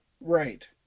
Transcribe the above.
Right